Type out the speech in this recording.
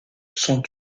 sont